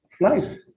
life